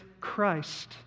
Christ